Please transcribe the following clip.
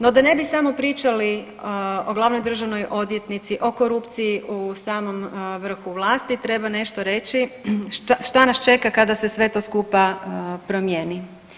No, da ne bi samo pričali o glavnoj državnoj odvjetnici, o korupciji u samom vrhu vlasti, treba nešto reći šta nas čeka kada se sve to skupa promijeni.